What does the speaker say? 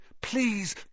Please